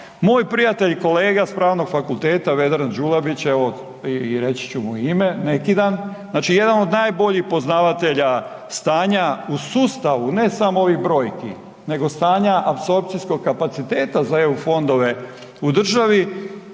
Đulabić, evo i reći ću mi i ime, neki dan, znači jedan od najboljih poznavatelja stanja u sustavu ne samo ovih brojki nego stanja apsorpcijskog kapaciteta za EU fondove u državi